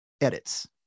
edits